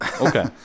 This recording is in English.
Okay